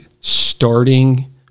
starting